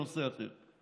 לנושא אחר.